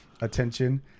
attention